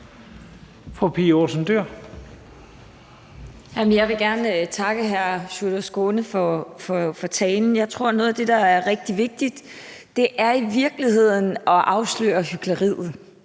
Jeg vil gerne takke hr. Sjúrður Skaale for talen. Jeg tror, at noget af det, der er rigtig vigtigt, i virkeligheden er at afsløre hykleriet.